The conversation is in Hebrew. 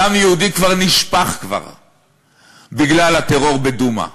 דם יהודי כבר נשפך בגלל הטרור בדומא.